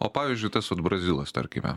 o pavyzdžiui tas vat brazilas tarkime